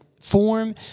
form